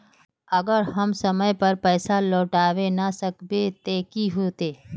अगर हम समय पर पैसा लौटावे ना सकबे ते की होते?